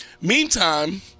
Meantime